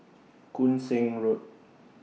Koon Seng Road